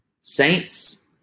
Saints